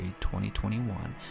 2021